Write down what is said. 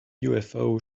ufo